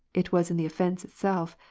it was in the oflence itself,